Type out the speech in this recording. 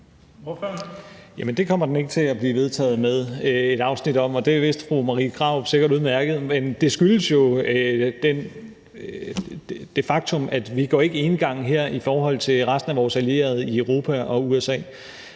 Det kommer den ikke til at blive vedtaget med et afsnit om, og det vidste fru Marie Krarup sikkert udmærket. Men det skyldes jo det faktum, at vi ikke går enegang her i forhold til resten af vores allierede i Europa og USA.